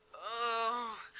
oh,